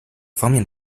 方面